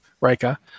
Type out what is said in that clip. Rika